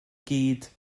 gyd